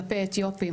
כלפי אתיופים.